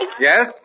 Yes